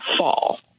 fall